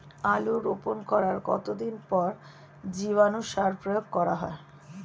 আলু রোপণ করার কতদিন পর জীবাণু সার প্রয়োগ করা হয়?